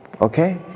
Okay